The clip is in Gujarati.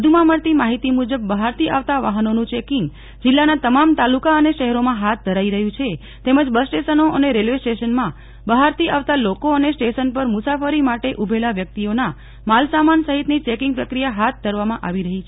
વધુમાં મળતી માહિતી મુજબ બહારથી આવતા વાહનોનું ચેકિંગ જીલ્લાના તમામ તાલુકા અને શહેરોમાં હાથ ધરાઈ રહ્યું છે તેમજ બસ સ્ટેશનો અને રેલ્વે સ્ટેશનો માં બહારથી આવતા લોકો અને સ્ટેશન પર મુસાફરી માટે ઉભેલા વ્યક્તિઓના માલ સામાનની ચેક્રિંગ પ્રક્રિયા હાથ ધરવામાં આવી રહી છે